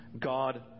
God